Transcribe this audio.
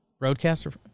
Roadcaster